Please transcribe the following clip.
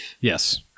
yes